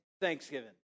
Thanksgiving